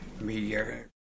Media